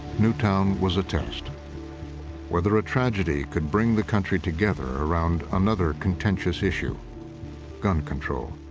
newtown was a test whether a tragedy could bring the country together around another contentious issue gun control.